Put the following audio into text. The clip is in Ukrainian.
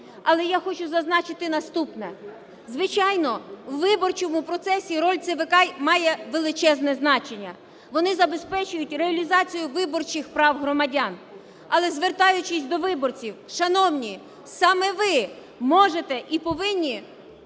але я хочу зазначити наступне. Звичайно, в виборчому процесі роль ЦВК має величезне значення. Вони забезпечують реалізацію виборчих прав громадян, але, звертаючись до виборців, шановні, саме ви можете і повинні